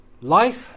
life